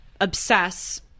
obsess